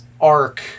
arc